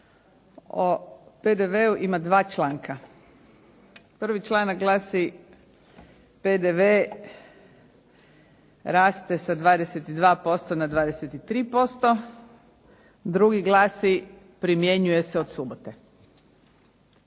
o PDV-u ima dva članka. 1. članak glasi PDV raste sa 22% na 23%, 2. glasi primjenjuje se od subote.